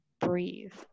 breathe